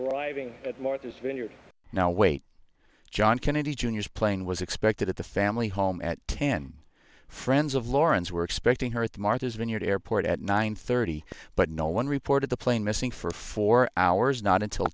the riding at martha's vineyard now wait john kennedy jr plane was expected at the family home at ten friends of lauren's were expecting her at martha's vineyard airport at nine thirty but no one reported the plane missing for four hours not until